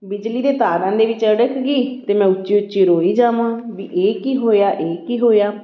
ਬਿਜਲੀ ਦੀਆਂ ਤਾਰਾਂ ਦੇ ਵਿੱਚ ਅੜਕ ਗਈ ਅਤੇ ਮੈਂ ਉੱਚੀ ਉੱਚੀ ਰੋਈ ਜਾਵਾਂ ਵੀ ਇਹ ਕੀ ਹੋਇਆ ਇਹ ਕੀ ਹੋਇਆ